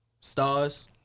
stars